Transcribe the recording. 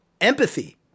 empathy